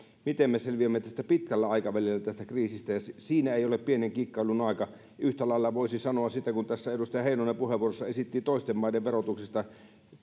miten me selviämme pitkällä aikavälillä tästä kriisistä ja siinä ei ole pienen kikkailun aika yhtä lailla voisi sanoa kun tässä edustaja heinonen puheenvuorossaan esitti toisten maiden verotuksesta